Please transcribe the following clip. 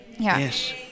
Yes